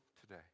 today